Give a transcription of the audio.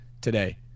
today